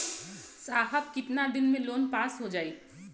साहब कितना दिन में लोन पास हो जाई?